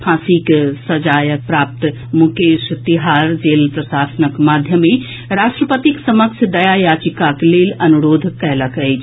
फांसीक सजाए प्राप्त मुकेश तिहाड़ जेल प्रशासनक माध्यम सॅ राष्ट्रपतिक समक्ष दया याचिकाक लेल अनुरोध कयलक अछि